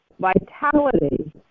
vitality